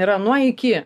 yra nuo iki